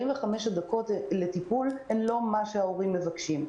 44 דקות לטיפול זה לא מה שההורים מבקשים.